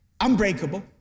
unbreakable